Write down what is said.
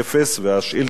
1360. ועכשיו,